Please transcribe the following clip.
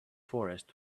forest